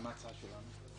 מה עם ההצעה שלנו?